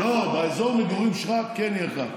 לא, באזור המגורים שלך כן יהיה לך.